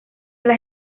las